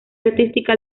artística